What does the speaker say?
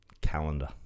calendar